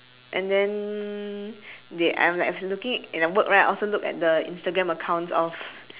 and then they I'm like looking at work right I also look at the instagram accounts of